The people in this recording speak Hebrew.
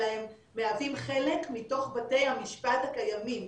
אלא הם מהווים חלק מתוך בתי המשפט הקיימים.